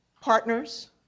partners